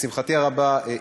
לשמחתי הרבה,